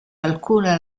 alcuna